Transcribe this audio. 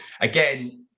again